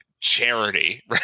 charity